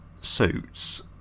Suits